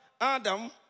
Adam